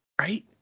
Right